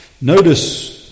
Notice